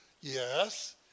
yes